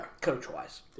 coach-wise